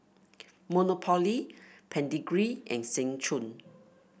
Monopoly Pedigree and Seng Choon